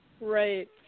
Right